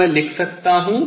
तो मैं लिख सकता हूँ